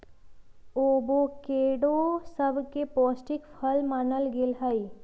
avocado सबसे पौष्टिक फल मानल गेलई ह